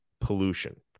pollution